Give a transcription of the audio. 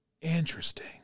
interesting